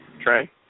Trey